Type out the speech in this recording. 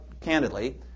candidly